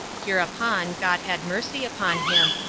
hereupon god had mercy upon him,